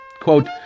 quote